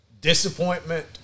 disappointment